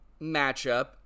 matchup